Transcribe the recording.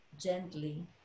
gently